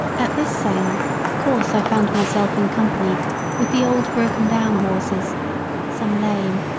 at this sale, of course i found myself in company with the old broken-down horses some lame,